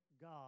God